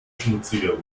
schmutziger